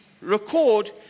record